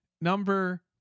number